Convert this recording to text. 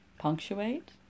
punctuate